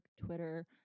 Twitter